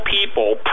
people